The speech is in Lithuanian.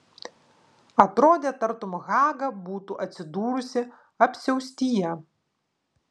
atrodė tartum haga būtų atsidūrusi apsiaustyje